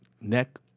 neck